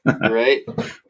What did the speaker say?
Right